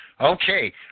Okay